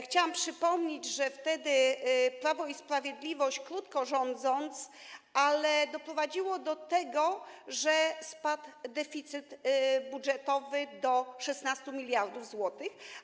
Chciałam przypomnieć, że wtedy Prawo i Sprawiedliwość krótko rządziło, ale doprowadziło do tego, że spadł deficyt budżetowy do 16 mld zł.